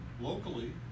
locally